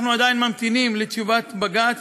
אנחנו עדיין ממתינים לתשובת בג"ץ,